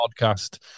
podcast